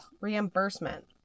reimbursement